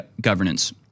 governance